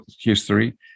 history